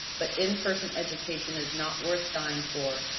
but in person education is not worth dying for,